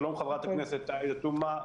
שלום, חברת הכנסת עאידה תומא.